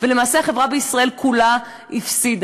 ולמעשה החברה בישראל כולה הפסידה,